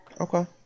Okay